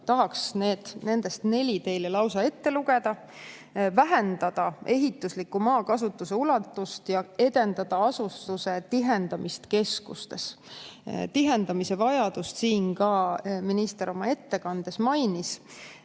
Tahaks nendest neli teile lausa ette lugeda. Vähendada ehitusliku maa kasutuse ulatust ja edendada asustuse tihendamist keskustes. Tihendamise vajadust siin ka minister oma ettekandes mainis.